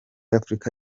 afurika